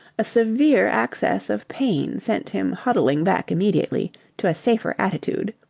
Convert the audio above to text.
a severe access of pain sent him huddling back immediately to a safer attitude.